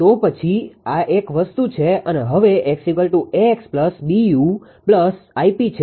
તો પછી તે એક વસ્તુ છે અને હવે 𝑋̇ 𝐴𝑋 𝐵𝑢 Γ𝑝 છે